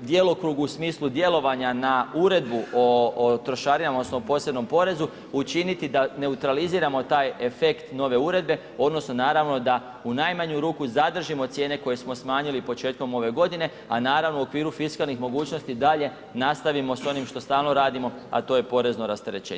djelokrugu u smislu djelovanja na uredbu o trošarinama odnosno o posebnom porezu, učiniti da neutraliziramo taj efekt nove uredbe odnosno naravno, da u najmanju ruku zadržimo cijene koje smo smanjili početkom ove godine a naravno u okviru fiskalnih mogućnosti dalje nastavimo s onim što stalno radimo a to je porezno rasterećenje.